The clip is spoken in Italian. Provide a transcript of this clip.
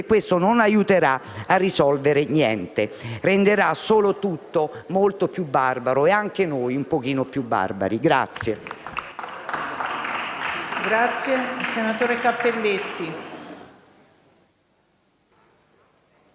questo non aiuterà a risolvere niente; renderà solo tutto molto più barbaro e anche noi un po' più barbari.